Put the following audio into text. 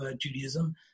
Judaism